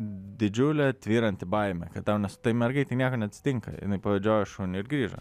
didžiulė tvyranti baimė kad tau nes tai mergaitei nieko neatsitinka jinai pavedžiojo šunį ir grįžo